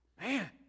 Man